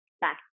back